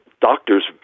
doctors